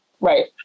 Right